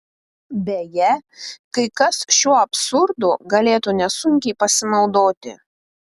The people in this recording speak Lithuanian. beje kai kas šiuo absurdu galėtų nesunkiai pasinaudoti